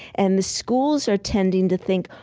and the schools are tending to think,